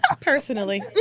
personally